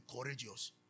courageous